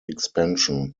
expansion